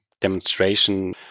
demonstration